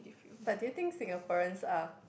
but do you think Singaporeans are